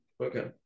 Okay